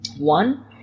One